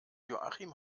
joachim